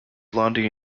blondie